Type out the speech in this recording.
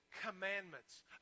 commandments